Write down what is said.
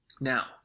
now